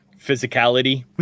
physicality